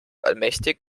allmächtig